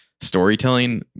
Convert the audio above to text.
storytelling